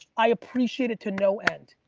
i appreciate it to no end,